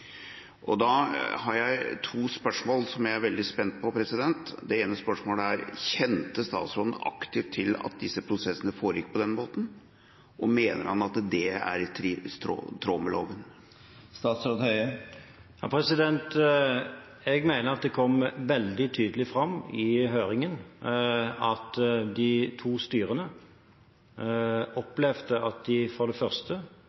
Da har jeg to spørsmål som jeg er veldig spent på svaret på. Det ene spørsmålet er: Kjente statsråden aktivt til at disse prosessene foregikk på denne måten? Og: Mener han at det er i tråd med loven? Jeg mener at det kom veldig tydelig fram i høringen at de to styrene opplevde at de for det første